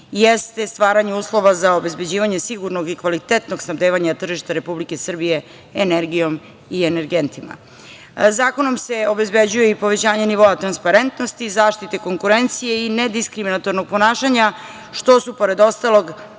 jeste stvaranje uslova za obezbeđivanje sigurnog i kvalitetnog snabdevanja tržišta Republike Srbije energijom i energentima. Zakonom se obezbeđuje i povećanje nivoa transparentnosti, zaštite konkurencije i nediskriminatornog ponašanja, što su, pored ostalog,